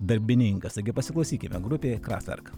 darbininkas taigi pasiklausykime grupė kraftvark